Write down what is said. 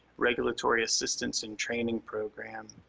regulatory assistance and training program.